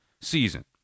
season